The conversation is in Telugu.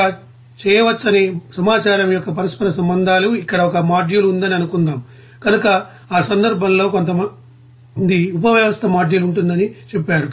ఇది ఎలా చేయవచ్చనే సమాచారం యొక్క పరస్పర సంబంధాలు ఇక్కడ ఒక మాడ్యూల్ ఉందని అనుకుందాం కనుక ఆ సందర్భంలో కొంతమంది ఉపవ్యవస్థ మాడ్యూల్ ఉంటుందని చెప్పారు